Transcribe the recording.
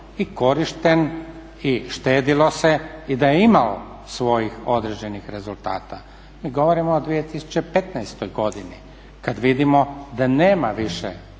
i korišten i štedjelo se i da je imao svojih određenih rezultata. Mi govorimo o 2015. godini, kad vidimo da nema više